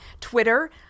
Twitter